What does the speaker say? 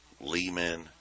Lehman